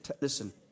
Listen